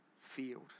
field